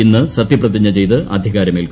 ഇന്ന് സത്യപ്രതിജ്ഞ ചെയ്ത് അധികാരമേൽക്കും